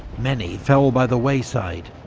many fell by the wayside,